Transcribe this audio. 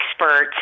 experts